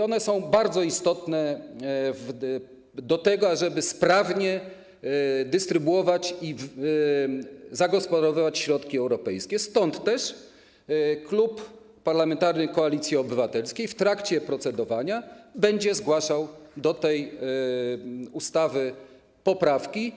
One są bardzo istotne, żeby sprawnie dystrybuować i zagospodarowywać środki europejskie, stąd też Klub Parlamentarny Koalicji Obywatelskiej w trakcie procedowania będzie zgłaszał do tej ustawy poprawki.